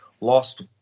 lost